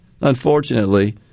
Unfortunately